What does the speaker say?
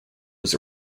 was